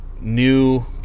new